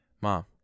Mom